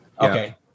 Okay